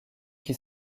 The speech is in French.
qui